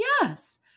Yes